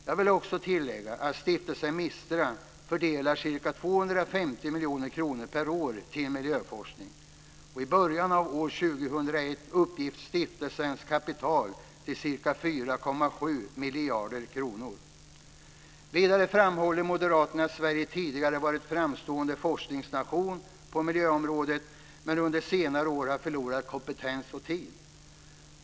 Jag vill också tillägga att stiftelsen MISTRA fördelar ca 250 miljoner kronor per år till miljöforskning. I början av år 2001 uppgick stiftelsens kapital till ca 4,7 miljarder kronor. Vidare framhåller moderaterna att Sverige tidigare var en framstående forskningsnation på miljöområdet, men att man under senare år har förlorat kompetens och tid.